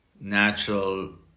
natural